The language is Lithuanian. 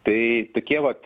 tai tokie vat